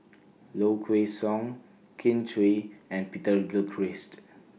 Low Kway Song Kin Chui and Peter Gilchrist